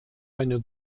eine